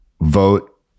Vote